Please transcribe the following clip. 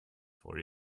for